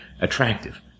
attractive